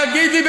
תגיד לי,